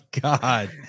God